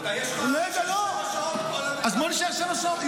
יש לך שבע שעות --- אז בוא נישאר שבע שעות.